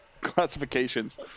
classifications